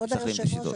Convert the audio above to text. כבוד היושב-ראש,